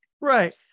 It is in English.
Right